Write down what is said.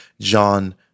John